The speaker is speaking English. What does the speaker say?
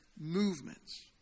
movements